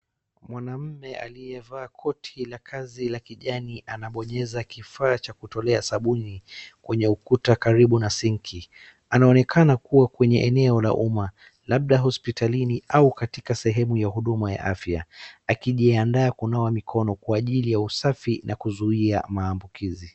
Mwanaume aliyevaa koti la kazi la kijani anabonyeza kifaa cha kutolea sabuni kwenye ukuta karibu na sinki. Anaonekana kuwa kwenye eneo la uma labda hospitalini au katika sehemu ya huduma ya afya, akijiaandaa kunawa mikono kwa ajili ya usafi na kuzuia maambukizi.